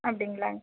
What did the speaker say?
அப்படிங்ளா